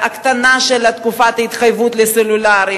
הקטנה של תקופת ההתחייבות לחברות הסלולר,